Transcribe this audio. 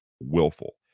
willful